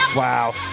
Wow